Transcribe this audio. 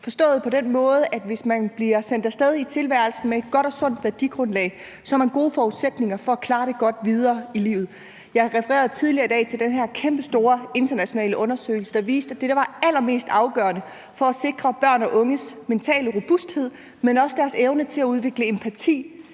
forstået på den måde, at hvis man bliver sendt af sted i tilværelsen med et godt og sundt værdigrundlag, har man gode forudsætninger for at klare det godt videre i livet. Jeg refererede tidligere i dag til den her kæmpestore internationale undersøgelse, der viste, at det, der var allermest afgørende for at sikre børn og unges mental robusthed, men også deres evne til at udvikle empati,